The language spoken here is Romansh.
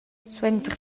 suenter